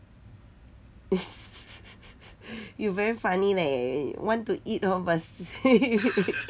you very funny leh want to eat orh must